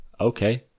okay